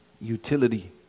utility